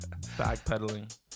Backpedaling